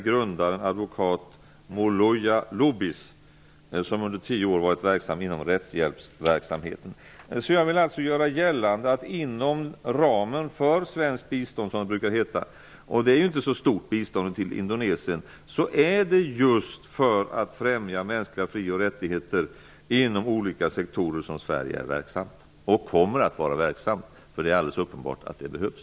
Grundare är advokat Jag vill alltså göra gällande att Sverige verkar och kommer att verka just för att främja mänskliga frioch rättigheter i olika sektorer inom ramen för svenskt bistånd. Biståndet till Indonesien är inte så stort. Det är alldeles uppenbart att det behövs.